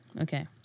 okay